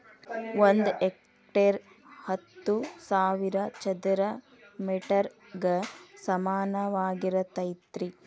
ಒಂದ ಹೆಕ್ಟೇರ್ ಹತ್ತು ಸಾವಿರ ಚದರ ಮೇಟರ್ ಗ ಸಮಾನವಾಗಿರತೈತ್ರಿ